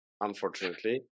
unfortunately